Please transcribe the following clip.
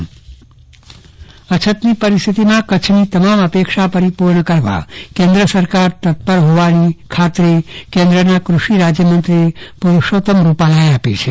ચન્દ્રવદન પટ્ટણી પંચાયત ભવનનું લોકાર્પણ અછતની પરિસ્થિતિમાં કચ્છની તમામ અપેક્ષા પરિપૂર્ણ કરવા કેન્દ્ર સરકાર તત્પર હોવાની ખાતરી કેન્દ્રના કૃષિ રાજ્યમંત્રી પુરૂષોત્તમ રૂપાલાએ આપી છે